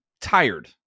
tired